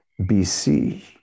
BC